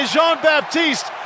Jean-Baptiste